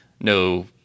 no